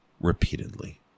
repeatedly